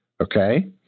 okay